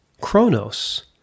chronos